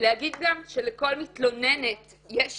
ולהגיד גם שלכל מתלוננת יש שם,